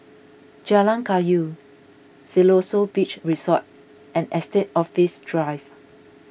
Jalan Kayu Siloso Beach Resort and Estate Office Drive